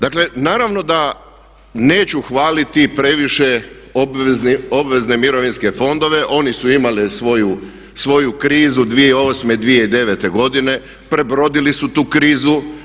Dakle naravno da neću hvaliti previše obvezne mirovinske fondove, oni su imali svoju krizu 2008., 2009. godine, prebrodili su tu krizu.